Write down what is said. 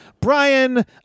Brian